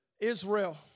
Israel